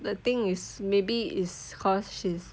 the thing is maybe is because she's